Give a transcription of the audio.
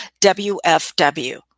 WFW